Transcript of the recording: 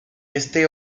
este